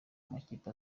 amakipe